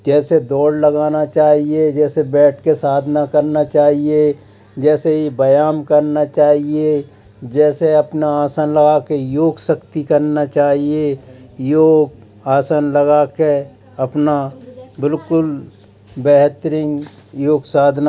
जैसे दौड़ लगाना चाहिए जैसे बैठ के साधना करना चाहिए जैसे ये व्यायाम करना चाहिए जैसे अपना आसन लगा के योगशक्ति करना चाहिए योग आसन लगा के अपना बिल्कुल बेहतरीन योग साधना